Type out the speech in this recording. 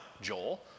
Joel